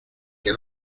que